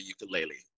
ukulele